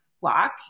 walk